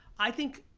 i think,